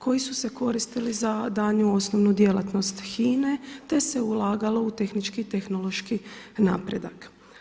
koji su se koristili za daljnju osnovnu djelatnost HINA-e te se ulagalo u tehnički i tehnološki napredak.